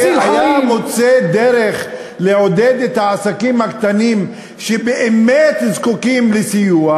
היה מוצא דרך לעודד את העסקים הקטנים שבאמת זקוקים לסיוע,